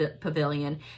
Pavilion